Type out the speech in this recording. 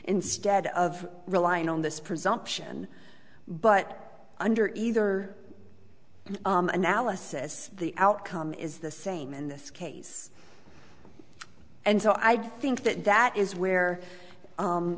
instead of relying on this presumption but under either analysis the outcome is the same in this case and so i think that that is where